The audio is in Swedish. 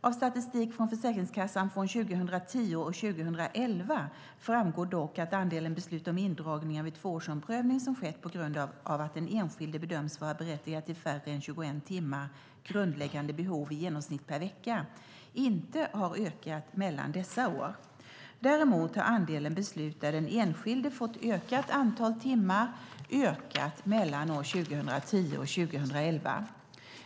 Av statistik från Försäkringskassan från 2010 och 2011 framgår dock att andelen beslut om indragningar vid tvåårsomprövning som skett på grund av att den enskilde bedöms vara berättigad till färre än 21 timmar grundläggande behov i genomsnitt per vecka inte har ökat mellan dessa år. Däremot har andelen beslut där den enskilde fått ökat antal timmar, ökat mellan år 2010 och 2011.